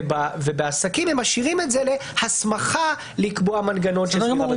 ובעסקים הם משאירים להסמכה לקבוע מנגנון של סגירה.